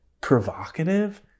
provocative